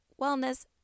Wellness